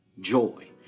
joy